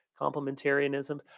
complementarianisms